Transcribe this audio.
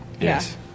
Yes